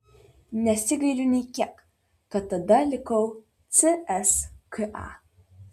nesigailiu nė kiek kad tada likau cska